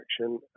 action